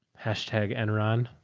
hashtag enron.